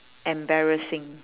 embarrassing